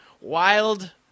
wild